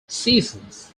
seasons